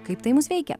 kaip tai mus veikia